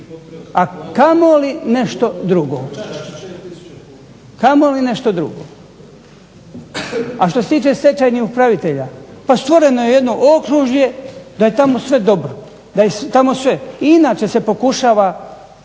a kamoli nešto drugo. Kamoli nešto drugo. A što se tiče stečajnih upravitelja. Pa stvoreno je jedno okružje da je tamo sve dobro, da je tamo sve.